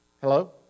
Hello